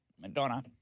Madonna